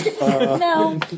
No